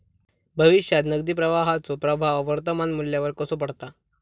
भविष्यात नगदी प्रवाहाचो प्रभाव वर्तमान मुल्यावर कसो पडता?